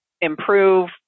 improve